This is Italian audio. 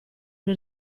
gli